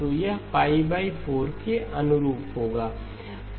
तो यह π 4 के अनुरूप होगा